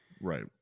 Right